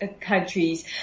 countries